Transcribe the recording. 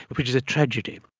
but which is a tragedy.